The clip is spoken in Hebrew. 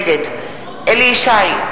נגד אליהו ישי,